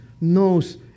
knows